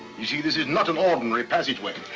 you see this is not an ordinary passageway.